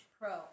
pro